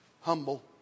Humble